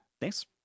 thanks